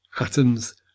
atoms